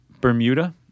Bermuda